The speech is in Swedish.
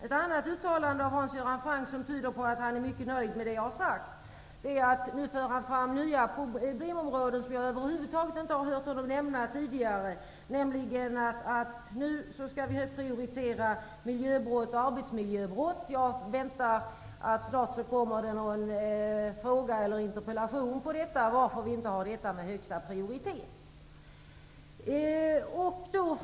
Ett annat uttalande från Hans Göran Franck som tyder på att han är mycket nöjd med det jag har sagt är att han nu för fram nya problemområden som jag över huvud taget inte har hört honom nämna tidigare. Han säger att vi nu skall prioritera miljöbrott och arbetsmiljöbrott. Jag väntar mig att det snart kommer en fråga eller interpellation om varför vi inte ger de områdena högsta prioritet.